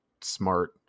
smart